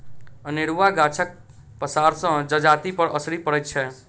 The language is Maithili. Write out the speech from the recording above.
अनेरूआ गाछक पसारसँ जजातिपर असरि पड़ैत छै